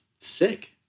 sick